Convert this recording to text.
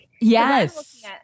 Yes